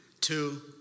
Two